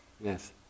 Yes